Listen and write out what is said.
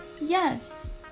Yes